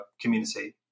community